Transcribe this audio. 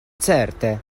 certe